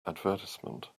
advertisement